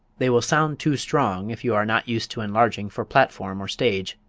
they will sound too strong, if you are not used to enlarging for platform or stage,